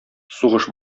сугыш